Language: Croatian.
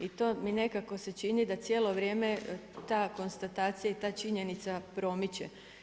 I to mi nekako se čini da cijelo vrijeme ta konstatacija i ta činjenica promiče.